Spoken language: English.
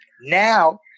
Now